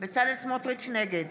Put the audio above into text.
נגד